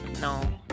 No